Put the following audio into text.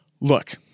look